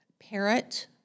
parrot